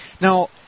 Now